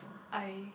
I